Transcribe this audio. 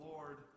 Lord